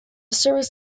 service